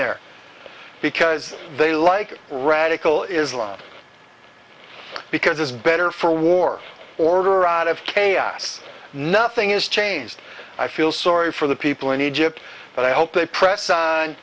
there because they like radical islam because it's better for war order out of chaos nothing is changed i feel sorry for the people in egypt but i hope they press